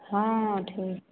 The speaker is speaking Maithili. हँ ठीक